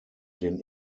den